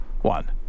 one